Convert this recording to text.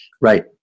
Right